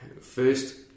First